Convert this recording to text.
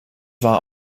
war